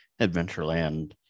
Adventureland